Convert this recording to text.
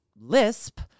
lisp